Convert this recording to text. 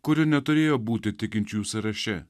kuris neturėjo būti tikinčiųjų sąraše